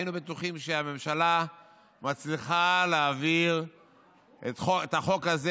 והיינו בטוחים שהממשלה מצליחה להעביר את החוק הזה,